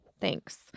Thanks